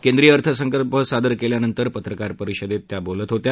केंद्रीय अर्थसंकल्प सादर केल्यानंतर पत्रकार परिषदेत त्या बोलत होत्या